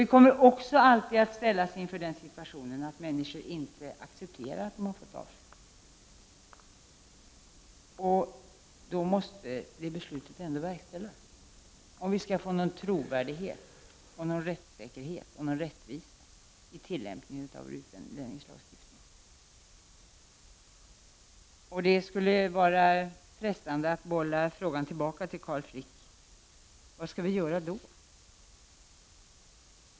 Vi kommer alltid att ställas inför den situationen att människor inte accepterar att de får avslag. Trots detta måste beslutet verkställas, om vi skall få trovärdighet, rättssäkerhet och rättvisa vid tillämpningen av utlänningslagen. Det skulle vara frestande att bolla frågan tillbaka till Carl Frick: Vad skall vi göra då?